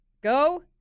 go